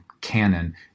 canon